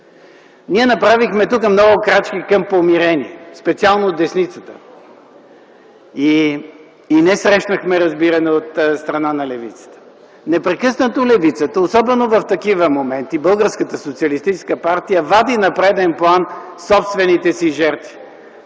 Ние направихме много крачки към помирение, специално от десницата, но не срещнахме разбиране от страна на левицата. Непрекъснато левицата (и особено в такива моменти Българската социалистическа партия) вади на преден план собствените си жертви